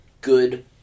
good